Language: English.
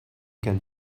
can